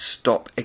stop